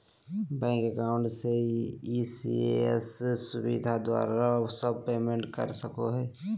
bank account से ECS सुविधा द्वारा सब पेमेंट कर सको हइ